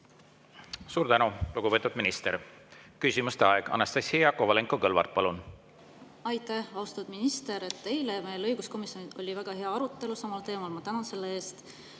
Suur tänu, lugupeetud minister! Küsimuste aeg. Anastassia Kovalenko-Kõlvart, palun! Aitäh! Austatud minister! Eile meil õiguskomisjonis oli väga hea arutelu samal teemal, ma tänan selle eest.